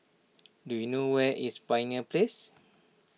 do you know where is Pioneer Place